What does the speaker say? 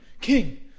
King